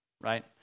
Right